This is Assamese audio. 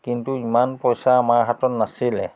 কিন্তু ইমান পইচা আমাৰ হাতত নাছিলে